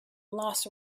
lost